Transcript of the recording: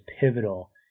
pivotal